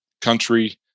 country